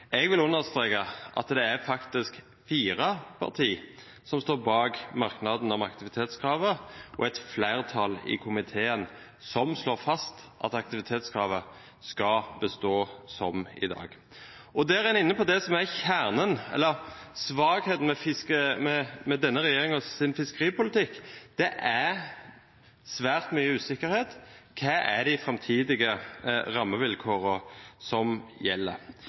Jeg vil understreke at det er fire partier som står bak merknaden om aktivitetskravet, og et flertall i komiteen som slår fast at aktivitetskravet skal bestå som i dag. Her er en inne på det som er kjernen i – eller svakheten med – denne regjeringens fiskeripolitikk. Det er svært mye usikkerhet. Hvilke framtidige rammevilkår er det som gjelder?